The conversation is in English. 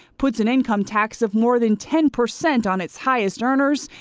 puts an income tax of more than ten percent on its highest earners,